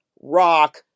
rock